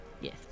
Yes